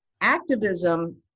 activism